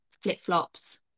flip-flops